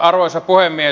arvoisa puhemies